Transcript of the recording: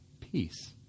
peace